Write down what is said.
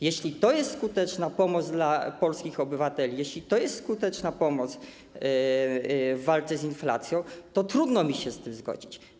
Jeśli to jest skuteczna pomoc dla polskich obywateli, jeśli to jest skuteczna pomoc w walce z inflacją, to trudno mi się z tym zgodzić.